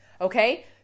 Okay